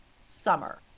summer